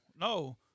no